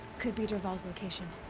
could be dervahl's location.